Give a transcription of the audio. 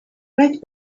right